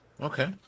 Okay